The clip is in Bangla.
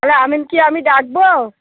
তাহলে আমিন কি আমি ডাকবো